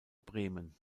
bremen